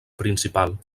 principal